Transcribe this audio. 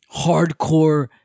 hardcore